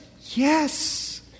Yes